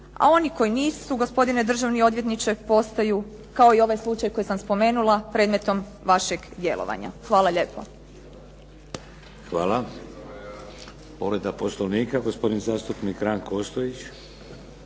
a oni koji nisu gospodine državni odvjetniče postaju, kao i ovaj slučaj koji sam spomenula, predmetom vašeg djelovanja. Hvala lijepo. **Šeks, Vladimir (HDZ)** Hvala. Povreda Poslovnika, gospodin zastupnik Ranko Ostojić.